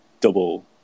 double